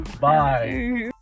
Bye